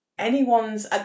anyone's